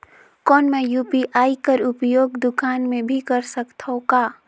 कौन मै यू.पी.आई कर उपयोग दुकान मे भी कर सकथव का?